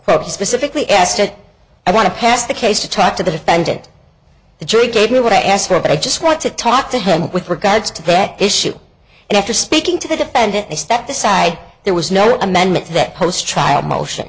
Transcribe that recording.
he specifically asked if i want to pass the case to talk to the defendant the jury gave me what i asked for but i just want to talk to him with regards to that issue and after speaking to the defendant i stepped aside there was no amendment that posts try a motion